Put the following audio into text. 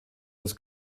das